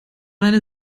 eine